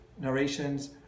narrations